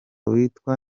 witwa